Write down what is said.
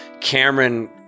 Cameron